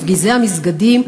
מפגיזי המסגדים,